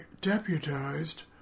deputized